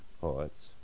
poets